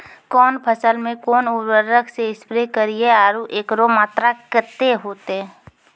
कौन फसल मे कोन उर्वरक से स्प्रे करिये आरु एकरो मात्रा कत्ते होते?